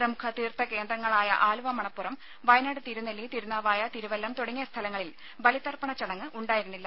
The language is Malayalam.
പ്രമുഖ തീർത്ഥ കേന്ദ്രങ്ങളായ ആലുവ മണപ്പുറം വയനാട് തിരുനെല്ലി തിരുനാവായ തിരുവല്ലം തുടങ്ങിയ സ്ഥലങ്ങളിൽ ബലിതർപ്പണ ചടങ്ങ് ഉണ്ടായിരുന്നില്ല